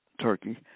Turkey